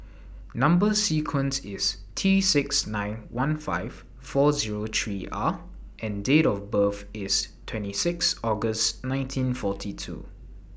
Number sequence IS T six nine one five four Zero three R and Date of birth IS twenty six August nineteen forty two